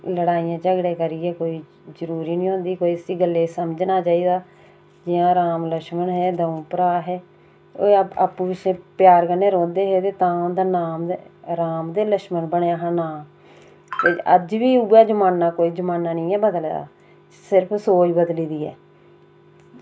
लड़ाइयां झगड़े करियै कोई जरूरी निं होंदी ते इसी गल्लै गी समझना चाहिदा जियां राम लक्ष्मण हगे दंऊ भ्राऽ हे ओह् आपूं बिच्चें प्यार कन्नै रौहंदे हे ते तां गै उंदा राम लक्ष्मण बनेआ हा नांऽ ते अज्ज बी उऐ जमाना कोई जमाना निं ऐ बदले दा सिर्फ सोच बदली दी ऐ